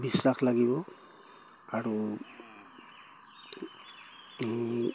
বিশ্বাস লাগিব আৰু